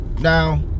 Now